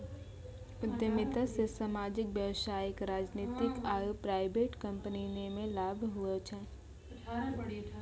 उद्यमिता से सामाजिक व्यवसायिक राजनीतिक आरु प्राइवेट कम्पनीमे लाभ हुवै छै